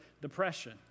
depression